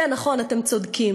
כן, נכון, אתם צודקים.